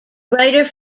writer